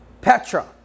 petra